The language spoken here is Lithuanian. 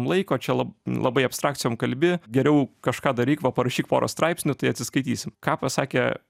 laiko čia lab labai abstrakcijom kalbi geriau kažką daryk va parašyk porą straipsnių tai atsiskaitysim ką pasakė